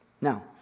Now